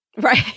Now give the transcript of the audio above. Right